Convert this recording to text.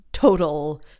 total